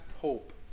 hope